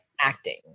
acting